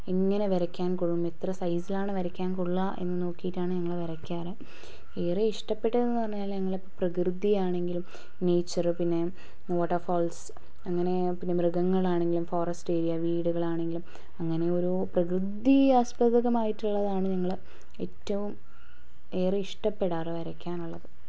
എങ്ങനെ വരയ്ക്കാൻ കൊള്ളും എത്ര സൈസിലാണ് വരയ്ക്കാൻ കൊള്ളുക എന്ന് നോക്കിയിട്ടാണ് ഞങ്ങൾ വരയ്ക്കാറ് ഏറെ ഇഷ്ട്ടപ്പെട്ടതെന്ന് പറഞ്ഞാൽ ഞങ്ങൾ പ്രകൃതിയാണെങ്കിലും നേച്ചർ പിന്നെ വാട്ടർഫോൾസ് അങ്ങനെ പിന്നെ മൃഗങ്ങളാണെങ്കിലും ഫോറെസ്റ്റ് ഏരിയ വീടുകളാണെങ്കിലും അങ്ങനെ ഓരോ പ്രകൃതി ആസ്പദമായിട്ടുള്ളതാണ് ഞങ്ങൾ ഏറ്റവും ഏറെ ഇഷ്ട്ടപ്പെടാറ് വരയ്ക്കാനുള്ളത്